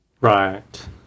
Right